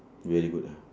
very good ah